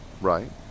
Right